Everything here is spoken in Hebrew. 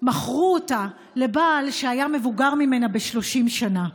שמכרו אותה, עם בעל שהיה מבוגר ממנה ב-30 שנה.